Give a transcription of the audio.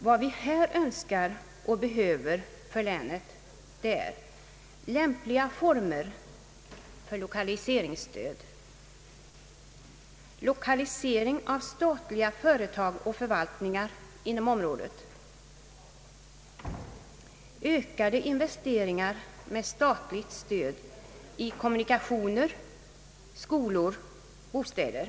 Vad vi här önskar och behöver för länet är lämpliga former för lokaliseringsstöd, lokalise Statsverkspropositionen m.m. ring av statliga företag och förvaltningar inom området och ökade investeringar med statligt stöd i kommunikationer, skolor och bostäder.